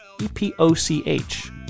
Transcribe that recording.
E-P-O-C-H